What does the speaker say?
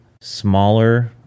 smaller